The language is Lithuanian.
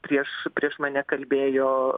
prieš prieš mane kalbėjo